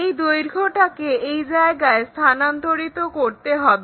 এই দৈর্ঘ্যটাকে এই জায়গায় স্থানান্তরিত করতে হবে